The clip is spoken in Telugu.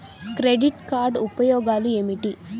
క్రెడిట్ కార్డ్ ఉపయోగాలు ఏమిటి?